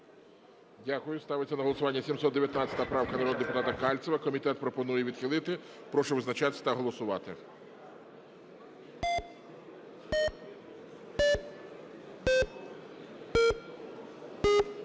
Дякую. Ставиться на голосування 719 правка народного депутата Кальцева. Комітет пропонує її відхилити. Прошу визначатися та голосувати.